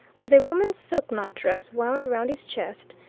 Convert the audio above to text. with a woman's silk night-dress wound round his chest,